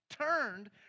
turned